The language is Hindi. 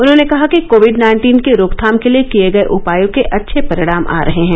उन्होंने कहा कि कोविड नाइन्टीन की रोकथाम के लिए किये गये उपाय के अच्छे परिणाम आ रहे हैं